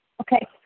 okay